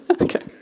Okay